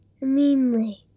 meanly